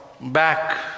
back